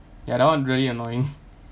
ya that one really annoying